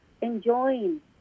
enjoying